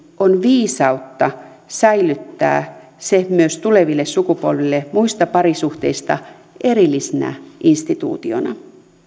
on viisautta säilyttää se myös tuleville sukupolville muista parisuhteista erillisenä instituutiona